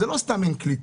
זה לא סתם אין קליטה.